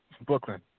Brooklyn